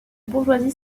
bourgeoisie